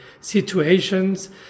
situations